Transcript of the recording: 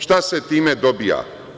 Šta se time dobija?